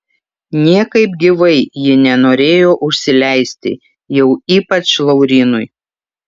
niekaip gyvai ji nenorėjo užsileisti jau ypač laurynui